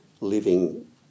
living